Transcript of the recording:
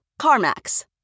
CarMax